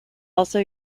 also